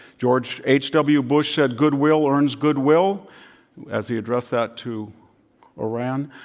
george h. w. bush said goodwill earns goodwill as he addressed that to iran.